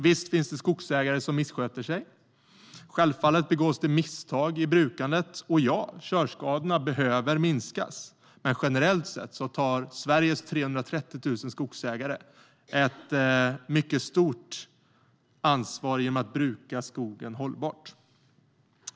Visst finns det skogsägare som missköter sig, självfallet begås det misstag i brukandet och ja, körskadorna behöver minska. Men generellt sett tar Sveriges 330 000 skogsägare ett mycket stort ansvar genom att bruka skogen hållbart.